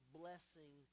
blessing